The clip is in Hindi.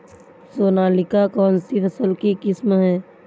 सोनालिका कौनसी फसल की किस्म है?